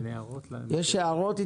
יש הערות?